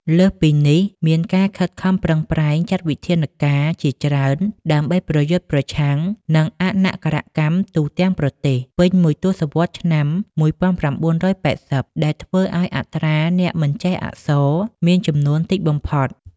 លើសពីនេះ មានការខិតខំប្រឹងប្រែងចាត់វិធានការជាច្រើនដើម្បីប្រយុទ្ធប្រឆាំងនឹងអនក្ខរកម្មទូទាំងប្រទេសពេញមួយទសវត្សរ៍ឆ្នាំ១៩៨០ ដែលធ្វើឱ្យអត្រាអ្នកមិនចេះអក្សរមានចំនួនតិចបំផុត។